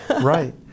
Right